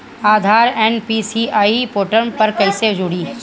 आधार NPCI portal पर कईसे जोड़ी?